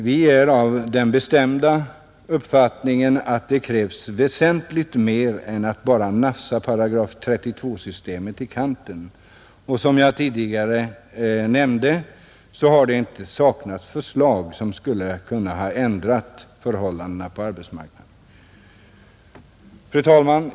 Vi har den bestämda uppfattningen att det krävs väsentligt mer än att bara nafsa § 32-systemet i kanten. Som jag tidigare nämnde har det inte saknats förslag som skulle ha kunnat ändra förhållandena på arbetsmarknaden, Fru talman!